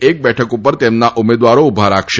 એક બેઠક પર તેમના ઉમેદવારો ઉભા રાખશે